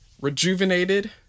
rejuvenated